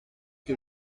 que